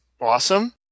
awesome